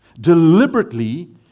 Deliberately